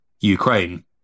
Ukraine